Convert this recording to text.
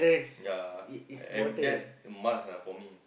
ya every that's a must ah for me